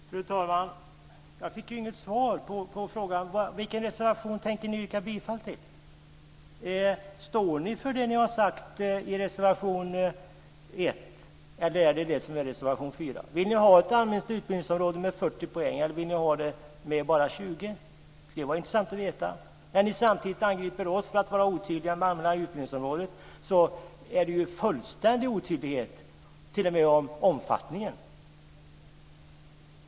Fru talman! Jag fick inget svar på frågan om vilken reservation ni tänker yrka bifall till. Står ni för det ni har sagt i reservation 1 eller är det reservation 4 som gäller? Vill ni ha ett allmänt utbildningsområde på 40 poäng eller 20 poäng? Det skulle vara intressant att få veta. Samtidigt som angriper ni oss för att vara otydliga om det allmänna utbildningsområdet, är det fullständig otydlighet från er om omfattningen.